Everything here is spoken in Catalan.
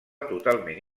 totalment